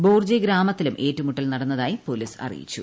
Borja ഗ്രാമത്തിലും ഏറ്റുമുട്ടൽ നടന്നതായി പോലീസ് അറിയിച്ചു